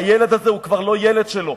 הילד הזה הוא כבר לא ילד שלו.